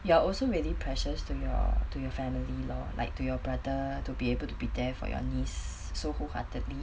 you are also really precious to your to your family lor like to your brother to be able to be there for your niece wholeheartedly